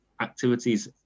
activities